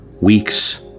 weeks